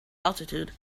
altitude